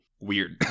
weird